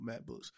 MacBooks